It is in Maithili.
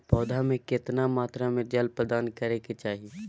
पौधा में केतना मात्रा में जल प्रदान करै के चाही?